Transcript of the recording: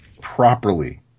properly